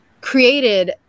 created